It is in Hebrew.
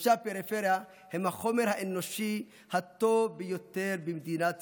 אנשי הפריפריה הם החומר האנושי הטוב ביותר במדינת ישראל.